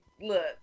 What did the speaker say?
Look